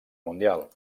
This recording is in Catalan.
mundial